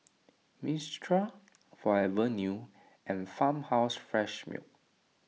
Mistral Forever New and Farmhouse Fresh Milk